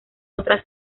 otra